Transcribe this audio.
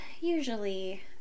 usually